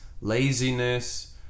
laziness